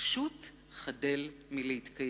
פשוט חדל מלהתקיים.